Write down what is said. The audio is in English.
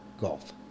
Golf